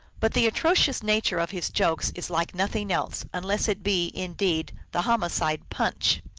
but the atrocious nature of his jokes is like nothing else, unless it be indeed the homicide punch.